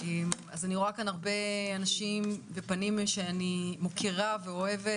אז אני רואה כאן הרבה אנשים ופנים שאני מוקירה ואוהבת,